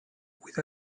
with